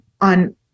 on